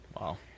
Wow